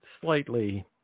slightly